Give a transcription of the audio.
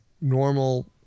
normal